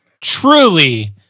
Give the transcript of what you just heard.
truly